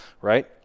right